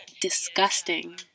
disgusting